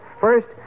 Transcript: First